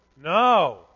No